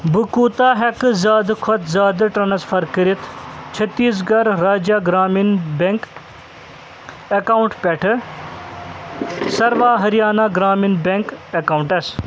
بہٕ کوٗتاہ ہٮ۪کہٕ زیادٕ کھۄتہٕ زیادٕ ٹرانسفر کٔرِتھ Chhattisgarh Rajya Gramin bank account پٮ۪ٹھٕ سروا ۂریانہ گرٛامیٖن بٮ۪نٛک اکاونٹَس